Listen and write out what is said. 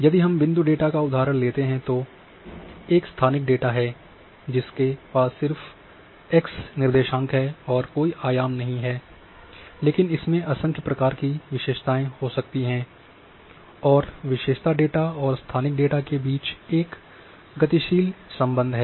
यदि हम बिंदु डेटा का उदाहरण लेते हैं जो एक स्थानिक डेटा है जिसके पास सिर्फ x निर्देशांक है और कोई आयाम नहीं लेकिन इसमें असंख्य प्रकार की विशेषताएं हो सकती है और विशेषता डेटा और स्थानिक डेटा के बीच एक गतिशील संबंध होता है